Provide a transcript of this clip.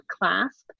clasp